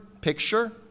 picture